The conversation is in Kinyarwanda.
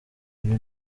uyu